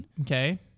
okay